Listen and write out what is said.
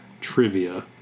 trivia